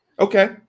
Okay